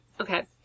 Okay